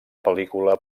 pel·lícula